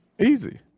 Easy